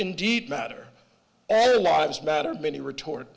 indeed matter air lives matter many retort